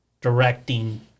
directing